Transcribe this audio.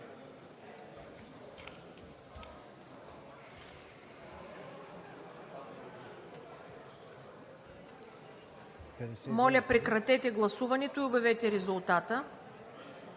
Моля, прекратете гласуването и обявете резултата: